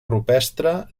rupestre